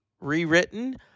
rewritten